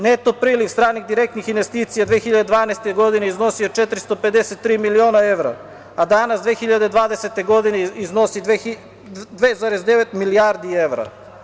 Neto priliv stranih direktnih investicija 2012. godine iznosio je 453 miliona evra, a danas 2020. godine iznosi 2,9 milijardi evra.